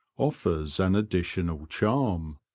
offers an additional charm.